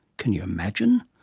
can you imagine?